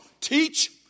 teach